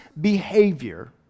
behavior